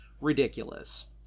ridiculous